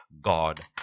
God